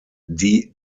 die